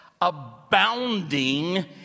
abounding